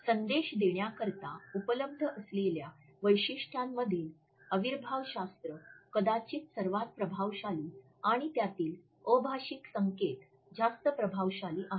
संदेश देण्याकरिता उपलब्ध असलेल्या वैशिष्ट्यांमधील अविर्भावशास्त्र कदाचित सर्वात प्रभावशाली आणि त्यातील अभाषिक संकेत जास्त प्रभावशाली आहेत